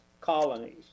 colonies